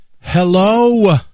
Hello